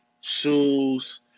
shoes